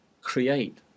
create